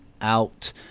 out